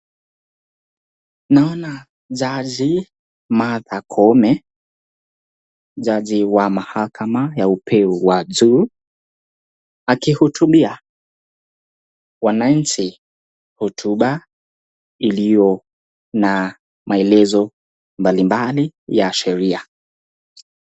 Naona jaji Martha Koome, jaji wa mahakama ya upeo wa juu akihutubia wananchi hotuba iliyo na maelezo mbalimbali ya sheria.